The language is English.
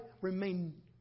remain